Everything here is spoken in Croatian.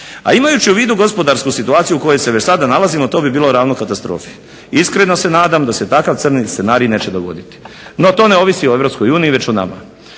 a imajući u vidu gospodarsku situaciju u kojoj se već sada nalazimo to bi bilo ravno katastrofi. Iskreno se nadam da se takav crni scenarij neće dogoditi, no to ne ovisi o Europskoj uniji već o nama.